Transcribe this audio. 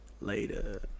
later